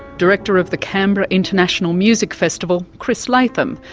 director of the canberra international music festival chris latham,